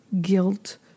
guilt